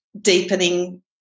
deepening